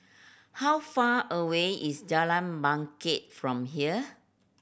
how far away is Jalan Bangket from here